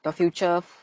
the future